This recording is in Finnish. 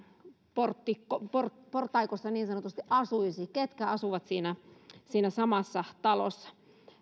portaikossa portaikossa asuu ketkä asuvat siinä siinä samassa talossa